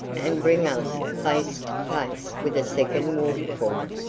and bring us face to face with a second waterfall,